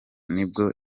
nibwo